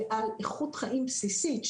ועל איכות חיים בסיסית,